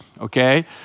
okay